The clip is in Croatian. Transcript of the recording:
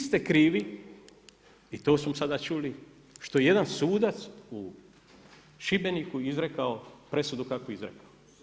Vi ste krivi i to smo sada čuli što jedan sudac u Šibeniku izrekao presudu kakvu je rekao.